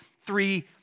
three